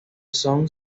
son